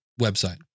website